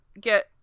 get